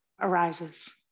arises